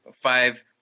five